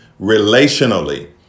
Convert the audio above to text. relationally